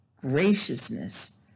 graciousness